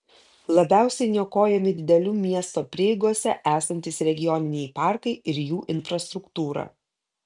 labiausiai niokojami didelių miesto prieigose esantys regioniniai parkai ir jų infrastruktūra